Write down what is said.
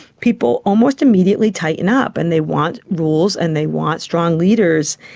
people almost immediately tighten up and they want rules and they want strong leaders.